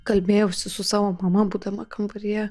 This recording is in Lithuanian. kalbėjausi su savo mama būdama kambaryje